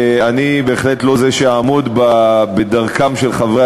ואני בהחלט לא זה שיעמוד בדרכם של חברי